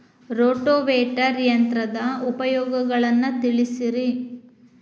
rotavator ಯಂತ್ರದ ಉಪಯೋಗಗಳನ್ನ ತಿಳಿಸಿರಿ